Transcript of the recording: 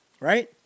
right